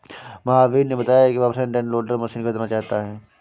महावीर ने बताया कि वह फ्रंट एंड लोडर मशीन खरीदना चाहता है